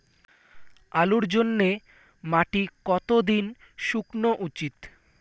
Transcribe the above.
আলুর জন্যে মাটি কতো দিন শুকনো উচিৎ?